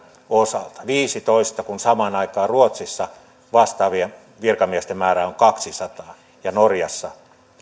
osalta viisitoista kun samaan aikaan ruotsissa vastaavien virkamiesten määrä on kaksisataa ja norjassa